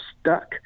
stuck